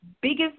biggest